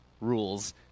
rules